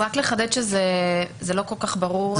רק לחדד שזה לא כל כך ברור.